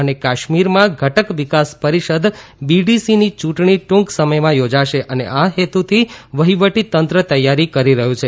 જમ્મુ અને કાશ્મીરમાં ઘટક વિકાસ પરિષદ બીડીસીની યુંટણી ટુંક સમયમાં થોજાશે અને આ હેતુથી વહીવટી તંત્ર તૈયારી કરી રહયું છે